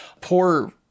poor